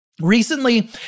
Recently